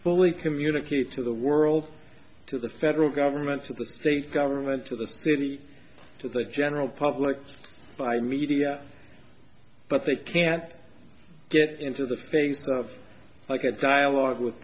fully communicate to the world to the federal government to the state government to the city to the general public by media but they can't get into the face of like a dialogue with